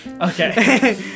Okay